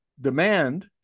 demand